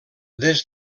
des